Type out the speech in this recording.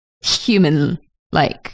human-like